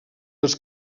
els